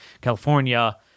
California